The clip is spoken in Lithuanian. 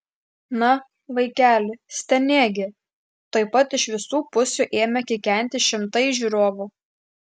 na vaikeli stenėk gi tuoj pat iš visų pusių ėmė kikenti šimtai žiūrovų